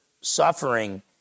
suffering